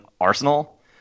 Arsenal